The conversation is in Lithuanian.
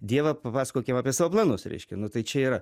dievą papasakokim apie savo planus reiškia nu tai čia yra